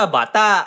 bata